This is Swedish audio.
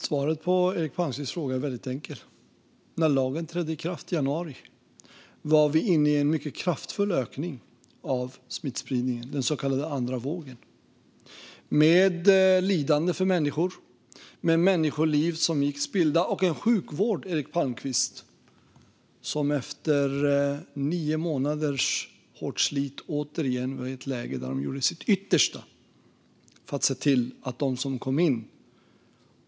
Svaret på Eric Palmqvists fråga är väldigt enkelt: När lagen trädde i kraft i januari var vi inne i en mycket kraftfull ökning av smittspridningen, den så kallade andra vågen, med lidande för människor, med människoliv som spilldes och en sjukvård, Eric Palmqvist, som efter nio månaders hårt slit återigen var i ett läge där de gjorde sitt yttersta för dem som kom in.